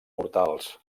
mortals